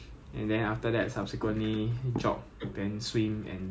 is like 你 just just enjoy they pay you to exercise so why not right